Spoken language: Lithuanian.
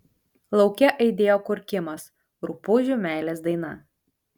lauke aidėjo kurkimas rupūžių meilės daina